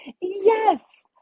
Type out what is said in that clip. yes